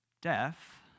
death